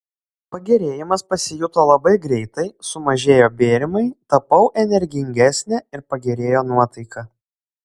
pagerėjimas pasijuto labai greitai sumažėjo bėrimai tapau energingesnė ir pagerėjo nuotaika